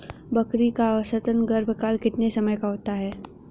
बकरी का औसतन गर्भकाल कितने समय का होता है?